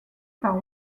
par